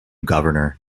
governor